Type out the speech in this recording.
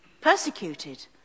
Persecuted